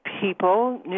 People